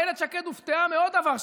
אילת שקד הופתעה מעוד דבר,